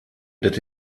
that